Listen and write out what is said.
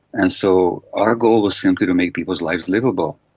and so our goal was simply to make people's lives liveable.